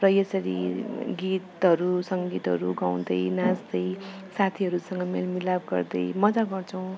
र यसरी गीतहरू सङ्गीतहरू गाउँदै नाच्दै साथीहरूसँग मेल मिलाप गर्दै मजा गर्छौँ